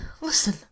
Listen